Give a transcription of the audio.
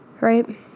right